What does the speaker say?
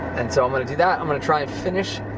and so, i'm gonna do that. i'm gonna try and finish,